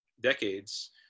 decades